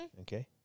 Okay